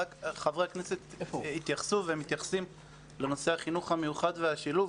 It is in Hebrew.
חברי הכנסת התייחסו ומתייחסים לנושא החינוך המיוחד והשילוב.